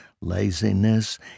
laziness